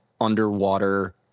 underwater